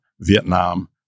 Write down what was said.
Vietnam